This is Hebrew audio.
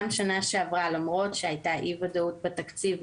גם שנה שעברה למרות שהייתה אי וודאות בתקציב,